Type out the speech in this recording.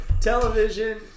television